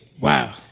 Wow